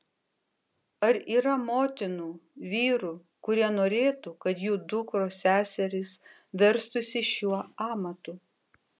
ar yra motinų vyrų kurie norėtų kad jų dukros seserys verstųsi šiuo amatu